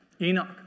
Enoch